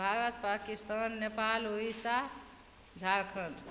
Bharat Pakistan Nepal Odisha Jharkhand